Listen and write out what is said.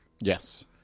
Yes